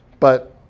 but